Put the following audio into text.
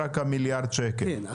כן.